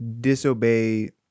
disobey